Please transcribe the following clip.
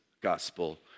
gospel